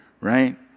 right